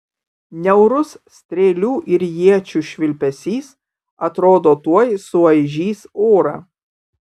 niaurus strėlių ir iečių švilpesys atrodo tuoj suaižys orą